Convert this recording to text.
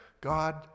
God